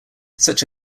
such